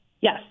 Yes